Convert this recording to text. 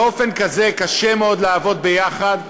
באופן כזה קשה מאוד לעבוד ביחד.